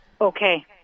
Okay